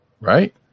right